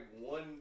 one